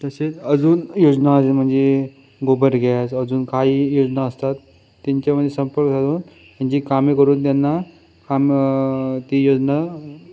तसेच अजून योजना अजून म्हणजे गोबर गॅस अजून काही योजना असतात त्यांच्यामध्ये संपर्क साधून म्हणजे कामे करून त्यांना काम ती योजना